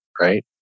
right